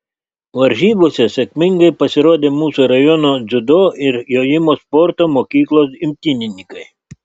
varžybose sėkmingai pasirodė mūsų rajono dziudo ir jojimo sporto mokyklos imtynininkai